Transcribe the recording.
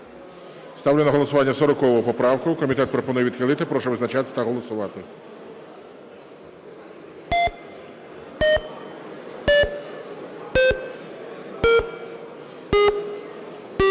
Ставлю на голосування 53 поправку. Комітет пропонує відхилити. Прошу визначатися та голосувати.